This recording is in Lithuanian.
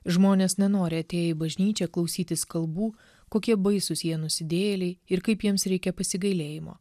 žmonės nenori atėję į bažnyčią klausytis kalbų kokie baisūs jie nusidėjėliai ir kaip jiems reikia pasigailėjimo